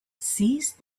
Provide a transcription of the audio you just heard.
seized